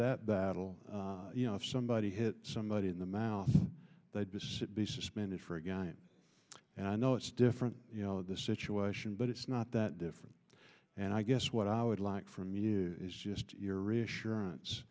that battle you know if somebody hit somebody in the mouth they'd be suspended for a guy and i know it's different you know the situation but it's not that different and i guess what i would like from you is just reassurance